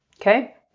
Okay